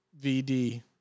VD